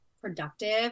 productive